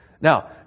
Now